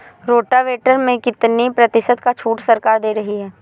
Rotavator में कितनी प्रतिशत का छूट सरकार दे रही है?